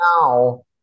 now